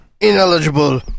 Ineligible